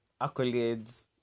accolades